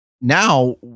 now